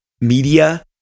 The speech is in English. media